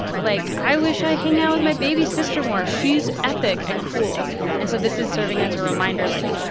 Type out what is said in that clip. like, i wish i hang out with my baby sister more. she's epic and cool yeah and so this is serving as a reminder, like,